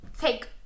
take